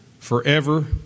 forever